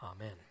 Amen